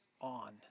on